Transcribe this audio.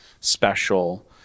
special